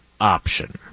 option